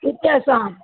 கிட்ட சா